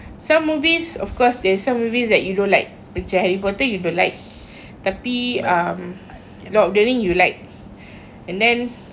some movies of course they some movies that you don't like macam harry potter you don't like tapi um lord of the ring you like and then